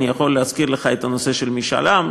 אני יכול להזכיר לך את הנושא של משאל עם,